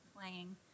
playing